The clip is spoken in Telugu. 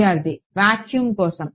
విద్యార్థి వాక్యూమ్ కోసం